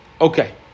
Okay